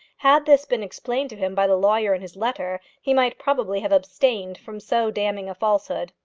had this been explained to him by the lawyer in his letter, he might probably have abstained from so damning a falsehood.